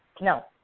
no